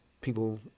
people